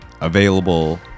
available